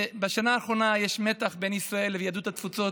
בשנה האחרונה יש מתח בין ישראל ליהדות התפוצות.